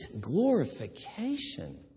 glorification